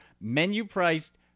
Menu-priced